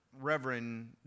Reverend